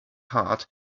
heart